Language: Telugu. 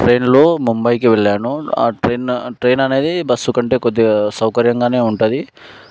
ట్రైన్లో ముంబైకి వెళ్ళాను ఆ ట్రైన్ అనేది బస్సుకంటే కొద్దిగా సౌకర్యంగానే ఉంటుంది